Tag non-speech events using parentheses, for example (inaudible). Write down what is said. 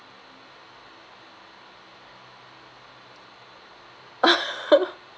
(laughs)